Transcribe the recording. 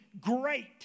great